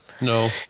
No